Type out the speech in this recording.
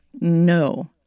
no